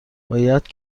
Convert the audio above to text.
باید